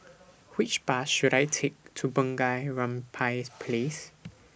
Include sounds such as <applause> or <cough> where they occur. Which Bus should I Take to Bunga Rampai <noise> Place